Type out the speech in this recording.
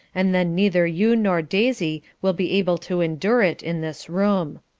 and then neither you nor daisy will be able to endure it in this room.